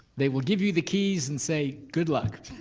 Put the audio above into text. they will give you the keys and say good luck.